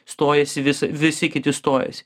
stojasi vis visi kiti stojasi